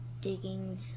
digging